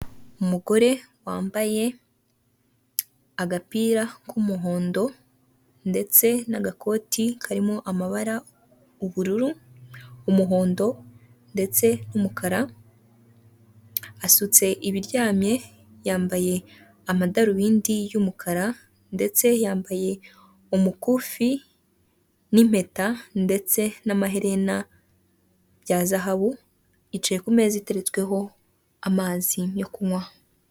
Raporo y'ubucuruzi yo mu bihumbi bibiri na makumyabiri nabiri y'ikigo cyitwa santi purinta, kuri raporo hagaragaraho uko icyo kigo cyakoresheje amafaranga guhera ibihumbibiri na makumyabiri rimwe mu kwezi kwa mbere kugeza mu kwezi kwa cumi na kabiri, ibihumbibiri na makumyabiri na rimwe.